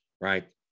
right